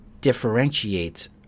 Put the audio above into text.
differentiates